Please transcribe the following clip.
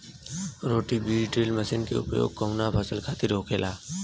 रोटा बिज drill machine के उपयोग कऊना फसल खातिर होखेला?